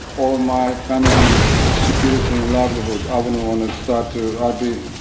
all my family security and livelihood. i wouldn't want to start to, i'd be